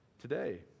today